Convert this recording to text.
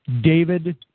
David